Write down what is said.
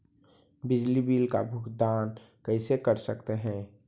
बिजली बिल का भुगतान कैसे कर सकते है?